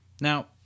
Now